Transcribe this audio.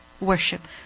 Worship